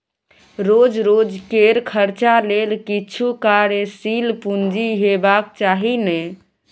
रोज रोजकेर खर्चा लेल किछु कार्यशील पूंजी हेबाक चाही ने